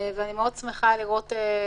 אני מאוד שמחה לראות,